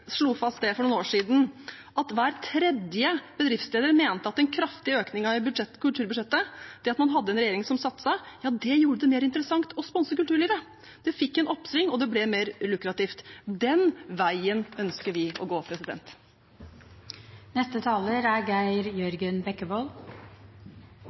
kulturbudsjettet, og at man hadde en regjering som satset, gjorde det mer interessant å sponse kulturlivet. Det fikk et oppsving og ble mer lukrativt. Den veien ønsker vi å gå. Det har vært snakket mye om gaveforsterkningsordningen. Selve ordningen har vært regjeringens – spesielt den forrige regjeringens – kulturbaby. Det er